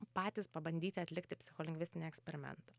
patys pabandyti atlikti psicholingvistinį eksperimentą